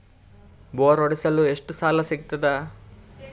Bore ಹೊಡೆಸಲು ಎಷ್ಟು ಸಾಲ ಸಿಗತದ?